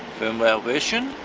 firmware version,